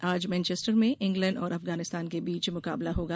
आज मैनचेस्टर में इंग्लैंड और अफगानिस्तान के बीच मुकाबला होगा